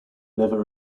never